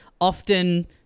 often